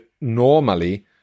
normally